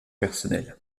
personnelle